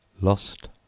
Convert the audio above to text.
Lost